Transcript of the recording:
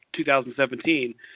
2017